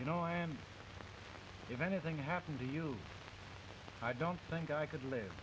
know i am if anything happened to you i don't think i could live